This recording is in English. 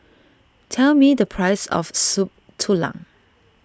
tell me the price of Soup Tulang